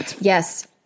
Yes